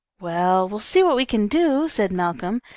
well, we'll see what we can do, said malcolm,